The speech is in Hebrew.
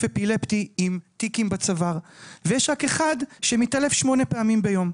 אפילפטי עם טיקים בצוואר ויש רק אחד שמתעלף שמונה פעמים ביום.